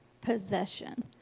possession